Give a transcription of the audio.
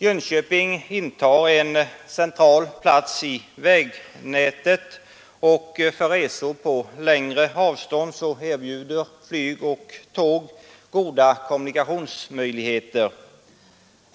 Jönköping intar en central plats i vägnätet, och för resor på längre avstånd erbjuder flyg och tåg goda kommunikationsmöjligheter.